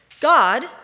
God